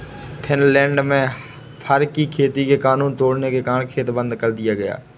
Finland में fur की खेती के कानून तोड़ने के कारण खेत बंद कर दिया गया